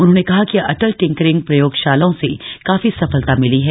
उन्होंने कहा कि अटल टिंकरिंग प्रयोगशालाओं से काफी सफलता मिली है